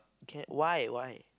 can why why